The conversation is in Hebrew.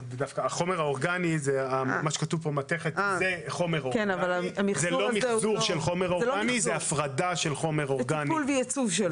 זה לא מחזור, זה הפרדה של חומר אורגני וייצוב שלו.